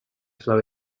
flow